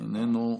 איננו,